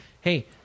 Hey